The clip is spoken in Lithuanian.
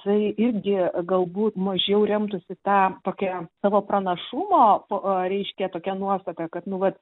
tai irgi galbūt mažiau remtųsi ta tokia savo pranašumo o o reiškia tokia nuostata kad nu vat